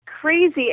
Crazy